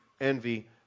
envy